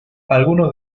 algunos